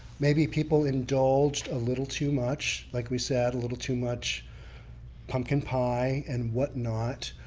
maybe people indulged a little too much. like we said, a little too much pumpkin pie and whatnot.